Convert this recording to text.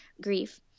grief